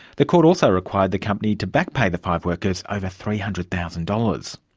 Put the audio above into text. the court also required the company to back-pay the five workers over three hundred thousand dollars.